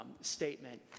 statement